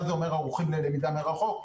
מה זה אומר ערוכים ללמידה מרחוק?